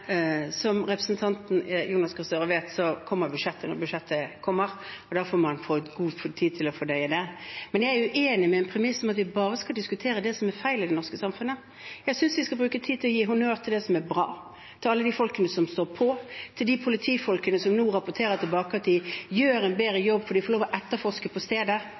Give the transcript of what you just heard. representanten Jonas Gahr Støre vet, kommer budsjettet når budsjettet kommer, og da får man god tid til å fordøye det. Men jeg er uenig i premisset om at vi bare skal diskutere det som er feil i det norske samfunnet. Jeg synes vi skal bruke tid på å gi honnør for det som er bra, til alle de folkene som står på, til de politifolkene som nå rapporterer tilbake at de gjør en bedre jobb fordi de får lov til å etterforske på stedet.